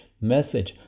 message